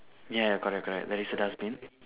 ya correct correct there is a dustbin